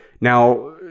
Now